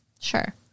Sure